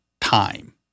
time